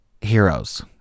heroes